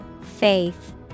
Faith